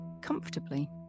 comfortably